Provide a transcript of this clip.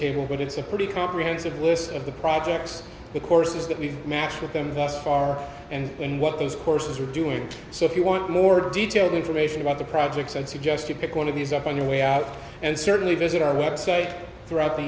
table but it's a pretty comprehensive list of the projects the courses that we've matched with them thus far and what those courses are doing so if you want more detailed information about the projects i'd suggest you pick one of these up on your way out and certainly visit our website throughout the